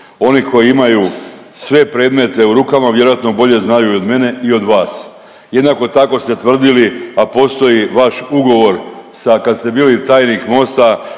oni koji imaju sve predmete u rukama vjerojatno bolje znaju i od mene i od vas. Jednako tako ste tvrdili, a postoji vaš ugovor sa kad ste bili tajnik Mosta